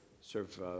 serve